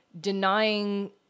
denying